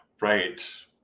Right